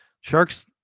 Sharks